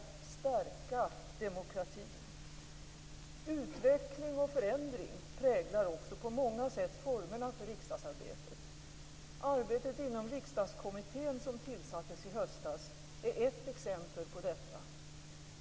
Utveckling och förändring präglar också på många sätt formerna för riksdagsarbetet. Arbetet inom Riksdagskommittén, som tillsattes i höstas, är ett exempel på detta.